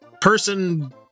person